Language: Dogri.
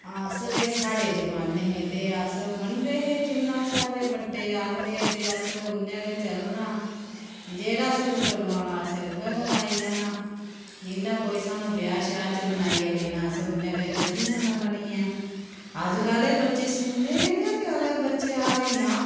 अस हे जेह्ड़े साढ़े जमान्ने हे ते अस मन्नदे हे जिन्ना साढ़े बड्डे आखदे हे ते अस उयां गै चलना जेह्ड़ा सूट लुआना असें उ'ऐ गै लाई लैना जियां कोई सानूं ब्याह शयाह् च बनाइयै लेना असें उ'यां गै चली जाना बनियै अज्जकल दे बच्चे सुनदे गै निं अज्जकल दे बच्चे आखदे ना